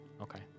Okay